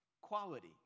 quality